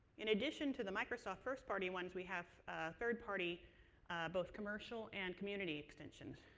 in addition to the microsoft first party ones, we have third-party both commercial and community extensions.